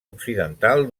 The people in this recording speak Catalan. occidental